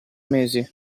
mesi